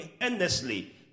endlessly